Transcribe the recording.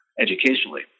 educationally